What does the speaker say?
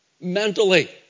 mentally